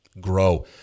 grow